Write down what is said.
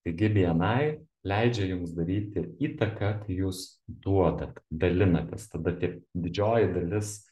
taigi bni leidžia jums daryti įtaką tai jūs duodat dalinatės tada tiek didžioji dalis